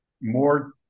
more